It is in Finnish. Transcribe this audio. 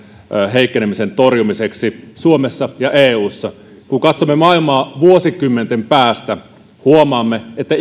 heikkenemisen torjumiseksi suomessa ja eussa kun katsomme maailmaa vuosikymmenten päästä huomaamme että